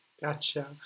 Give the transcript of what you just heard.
gotcha